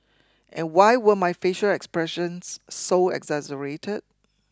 and why were my facial expressions so exaggerated